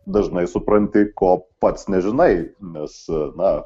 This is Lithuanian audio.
dažnai supranti ko pats nežinai nes na